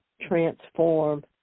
transform